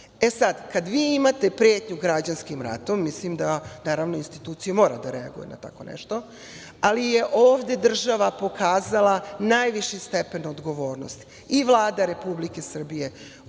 11.05Sad kad vi imate pretnju građanskim ratom, mislim da naravno institucija mora da reaguje na tako nešto, ali je ovde država pokazala najviši stepen odgovornosti i Vlada Republike Srbije